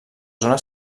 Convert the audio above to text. zona